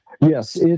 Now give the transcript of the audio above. Yes